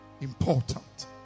important